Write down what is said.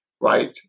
right